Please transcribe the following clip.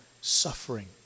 suffering